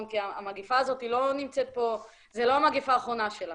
כי המגפה הזאת היא לא המגפה האחרונה שלנו.